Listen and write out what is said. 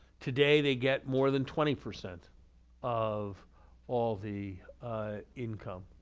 today they get more than twenty percent of all the income.